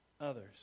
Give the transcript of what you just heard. others